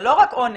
זה לא רק אונס.